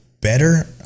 better